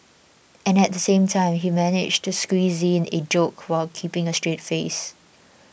and at the same time he managed to squeeze in joke while keeping a straight face